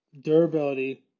durability